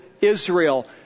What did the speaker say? Israel